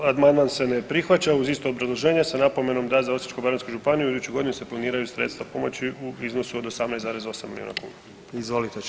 Amandman se ne prihvaća uz isto obrazloženje uz napomenu da za Osječko-baranjsku županiju u idućoj godini se planiraju sredstva pomoći u iznosu od 18,8 milijuna kuna.